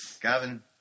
Gavin